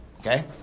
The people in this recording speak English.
Okay